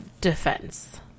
defense